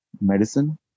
medicine